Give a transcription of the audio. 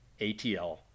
ATL